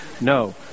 No